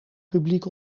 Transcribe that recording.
publiek